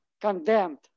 condemned